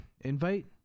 invite